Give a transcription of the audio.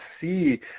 see